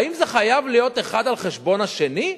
האם זה חייב להיות אחד על חשבון השני?